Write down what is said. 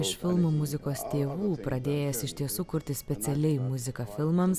iš filmo muzikos tėvų pradėjęs iš tiesų kurti specialiai muziką filmams